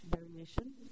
variation